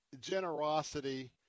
generosity